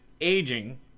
aging